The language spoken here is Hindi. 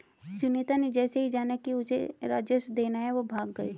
सुनीता ने जैसे ही जाना कि उसे राजस्व देना है वो भाग गई